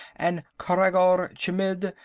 and khreggor chmidd,